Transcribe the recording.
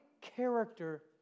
character